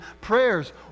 prayers